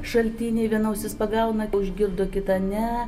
šaltiniai viena ausis pagauna užgirdo kita ne